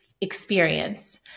experience